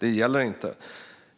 inte gäller.